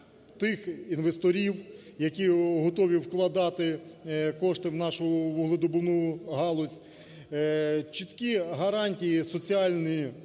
тих інвесторів, які готові вкладати кошти в нашу вугледобувну галузь, чіткі гарантії соціальні,